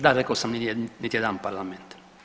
Da, rekao sam niti jedan parlament.